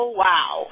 wow